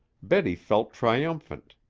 betty felt triumphant.